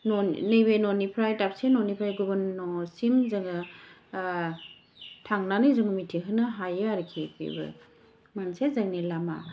नैबे न'निफ्राय दाबसे न'निफ्राय गुबुन न'सिम जोङो थांनानै जों मिथिहोनो हायो आरोखि बेबो मोनसे जोंनि लामा